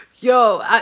Yo